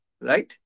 right